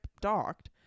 docked